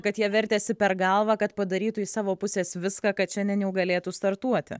kad jie vertėsi per galvą kad padarytų iš savo pusės viską kad šiandien jau galėtų startuoti